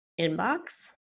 inbox